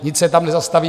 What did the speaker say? Nic se tam nezastaví.